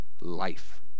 life